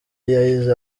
yahize